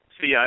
See